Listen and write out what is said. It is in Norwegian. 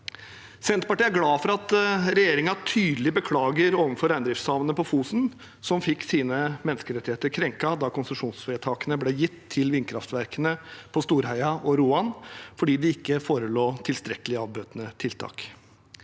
Senterpartiet er glad for at regjeringen tydelig beklager overfor reindriftssamene på Fosen, som fikk sine menneskerettigheter krenket da konsesjonsvedtakene ble gitt til vindkraftverkene på Storheia og Roan, fordi det ikke forelå tilstrekkelige avbøtende tiltak.